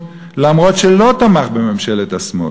אף שהוא לא תמך בממשלת השמאל.